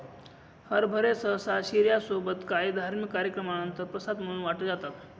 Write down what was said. हरभरे सहसा शिर्या सोबत काही धार्मिक कार्यक्रमानंतर प्रसाद म्हणून वाटले जातात